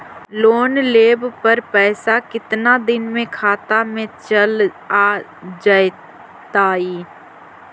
Loan लेब पर पैसा कितना दिन में खाता में चल आ जैताई?